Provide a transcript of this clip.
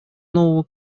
нового